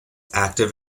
active